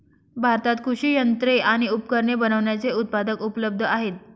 भारतात कृषि यंत्रे आणि उपकरणे बनविण्याचे उत्पादक उपलब्ध आहे